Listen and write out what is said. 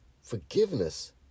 forgiveness